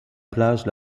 plage